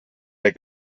der